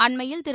அண்மையில் திரு